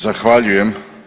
Zahvaljujem.